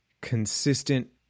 consistent